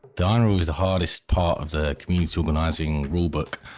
the iron rule is the hardest part of the community organising rule book.